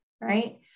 right